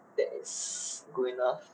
that is good enough